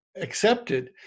accepted